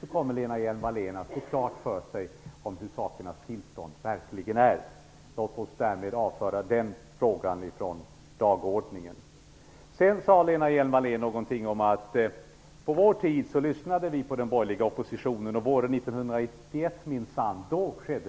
Då kommer Lena Hjelm-Wallén att få klart för sig hur sakernas tillstånd verkligen är. Låt oss därmed avföra denna fråga från dagordningen. Lena Hjelm-Wallén sade ungefär så här: På vår tid lyssnade vi på den borgerliga oppositionen. Våren 1991 skedde det minsann